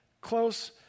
close